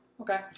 Okay